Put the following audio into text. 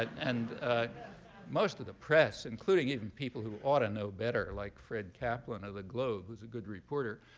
and most of the press, including even people who ought to know better, like fred kaplan of the globe, who's a good reporter,